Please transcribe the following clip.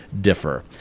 differ